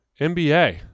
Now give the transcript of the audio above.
NBA